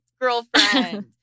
girlfriend